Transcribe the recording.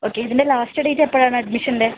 okay ഇതിൻ്റെ last date എപ്പോഴാണ് അഡ്മിഷൻ്റെ